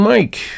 Mike